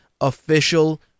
official